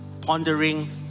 pondering